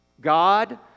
God